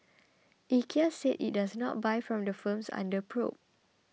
IKEA said it does not buy from the firms under probe